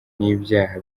n’ibyaha